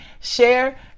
Share